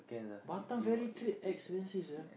Batam very trip very expensive sia